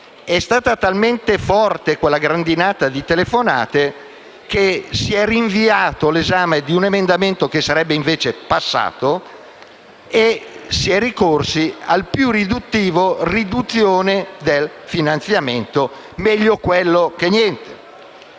È stata talmente forte quella grandinata di telefonate che si è rinviato l'esame di un emendamento che sarebbe invece stato approvato e si è ricorsi alla più riduttiva diminuzione del finanziamento. Meglio quello che niente.